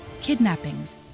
kidnappings